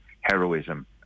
heroism